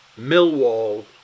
Millwall